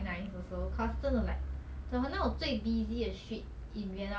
ya so it's quite sad next time round I want to visit